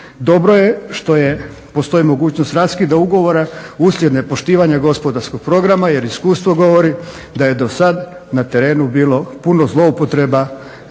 Dobro je što postoji mogućnost raskida ugovora uslijed nepoštivanja gospodarskog programa jer iskustvo govori da je dosad na terenu bilo puno zloupotreba